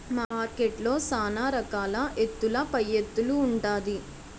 మార్కెట్లో సాన రకాల ఎత్తుల పైఎత్తులు ఉంటాది